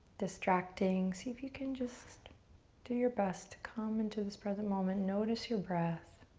distracting. see if you can just do your best to come into this present moment, notice your breath.